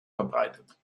verbreitet